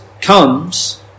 comes